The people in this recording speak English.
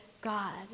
God